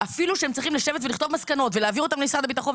אפילו שהם צריכים לשבת ולכתוב מסקנות ולהעביר אותן למשרד הביטחון,